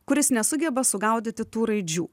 kuris nesugeba sugaudyti tų raidžių